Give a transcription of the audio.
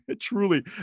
Truly